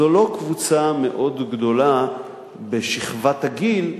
זו לא קבוצה מאוד גדולה בשכבת הגיל,